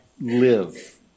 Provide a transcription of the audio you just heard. live